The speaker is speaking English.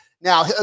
now